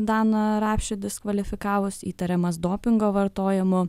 daną rapšį diskvalifikavus įtariamas dopingo vartojimu